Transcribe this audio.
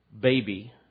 baby